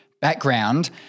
background